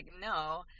no